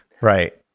Right